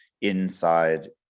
inside